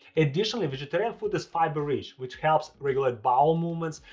additionally, vegetarian food is fiber-rich which helps regulate bowel movements,